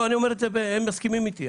הם מסכימים איתי.